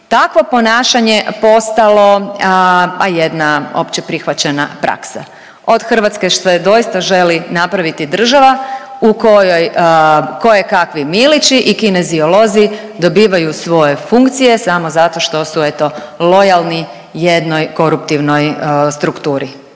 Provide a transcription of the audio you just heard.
takvo ponašanje postalo, a jedna opće prihvaćena praksa. Od Hrvatske se doista želi napraviti država u kojoj kojekakvi milići i kineziolozi dobivaju svoje funkcije, samo zato što su eto lojalni jednoj koruptivnoj strukturi.